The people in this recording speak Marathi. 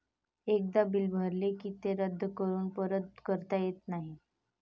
एकदा बिल भरले की ते रद्द करून परत करता येत नाही